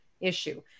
issue